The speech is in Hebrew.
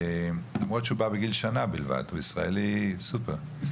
למרות שהוא בא בגיל שנה בלבד, הוא סופר ישראלי.